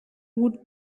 would